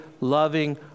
loving